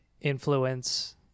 influence